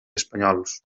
espanyols